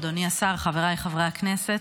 אדוני השר, חבריי חברי הכנסת,